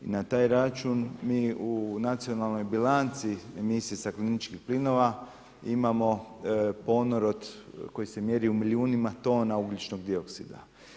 I na taj račun mi u nacionalnoj bilanci emisije stakleničkih plinova imamo ponor od koji se mjeri u milijunima tona ugljičnog dioksida.